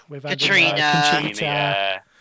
Katrina